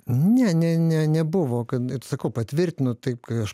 ne ne ne nebuvo kad ir sakau patvirtinu taip kai aš